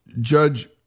Judge